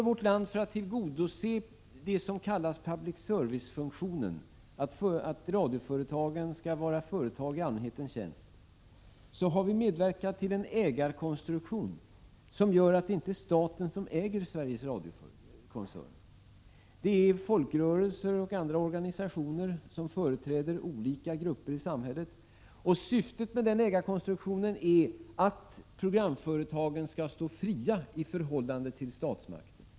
I vårt land har vi för att tillgodose det som kallas ”Public Service”-funktionen — ett radioföretag som skall vara i allmänhetens tjänst — medverkat till en ägarkonstruktion som gör att det inte är staten som äger Sveriges Radio-koncernen. Ägarna är folkrörelser och andra organisationer som företräder olika grupper i samhället. Syftet med denna ägarkonstruktion är att programföretagen skall stå fria i förhållande till statsmakterna.